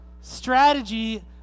strategy